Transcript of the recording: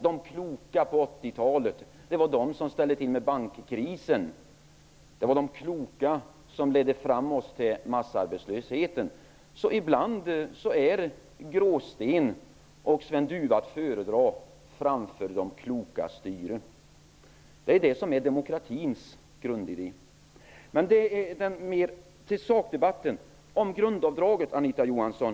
Det var de kloka på 80-talet som ställde till med bankkrisen. Det var de kloka som ledde oss fram till massarbetslösheten. Ibland är gråsten och Sven Dufva att föredra framför de klokas styre. Det är det som är demokratins grundidé. Till sakdebatten, Anita Johansson.